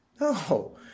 No